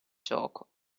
gioco